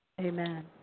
Amen